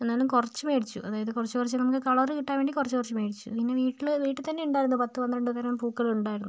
എന്നാലും കുറച്ച് മേടിച്ചു അതായത് കുറച്ച് കുറച്ച് നമുക്ക് കളറ് കിട്ടാൻ വേണ്ടി കുറച്ച് കുറച്ച് മേടിച്ചു പിന്നെ വീട്ടില് വീട്ടിൽ തന്നെ ഉണ്ടായിരുന്നു പത്ത് പന്ത്രണ്ട് നിറം പൂക്കൾ ഉണ്ടായിരുന്നു